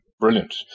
Brilliant